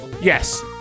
yes